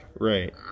Right